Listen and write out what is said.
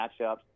matchups